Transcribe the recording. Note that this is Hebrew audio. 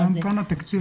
גם כאן,